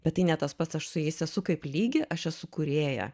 bet tai ne tas pats aš su jais esu kaip lygi aš esu kūrėja